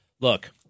look